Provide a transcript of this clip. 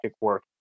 work